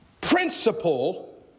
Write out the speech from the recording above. principle